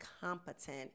competent